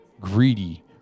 greedy